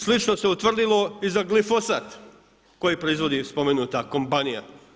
Slično se utvrdilo i za glifosat koji proizvodi spomenuta kompanija.